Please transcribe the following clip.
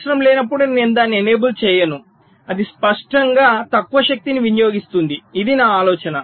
అవసరం లేనప్పుడు నేను దానిని ఎనేబుల్ చేయను అది స్పష్టంగా తక్కువ శక్తిని వినియోగిస్తుంది ఇది ఆలోచన